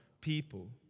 people